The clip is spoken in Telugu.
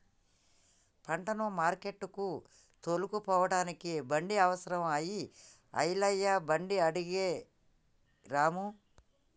పంటను మార్కెట్టుకు తోలుకుపోడానికి బండి అవసరం అయి ఐలయ్య బండి అడిగే రాము